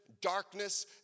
darkness